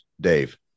Dave